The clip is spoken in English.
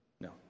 no